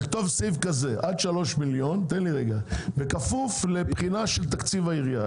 עד 3 מיליון, בכפוף לבחינת תקציב העירייה.